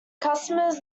customers